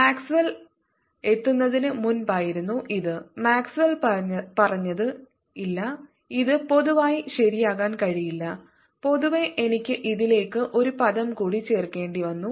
Maxwell എത്തുന്നതിനു മുമ്പായിരുന്നു ഇത് മാക്സ്വെൽ പറഞ്ഞത് ഇല്ല ഇത് പൊതുവായി ശരിയാകാൻ കഴിയില്ല പൊതുവേ എനിക്ക് ഇതിലേക്ക് ഒരു പദം കൂടി ചേർക്കേണ്ടിവന്നു